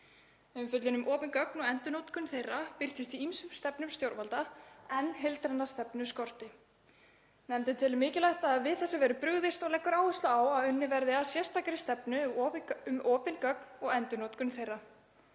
Umfjöllun um opin gögn og endurnotkun þeirra birtist í ýmsum stefnum stjórnvalda en heildræna stefnu skorti. Nefndin telur mikilvægt að við þessu verði brugðist og leggur áherslu á að unnið verði að sérstakri stefnu um opin gögn og endurnotkun þeirra.